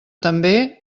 també